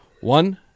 one